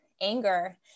anger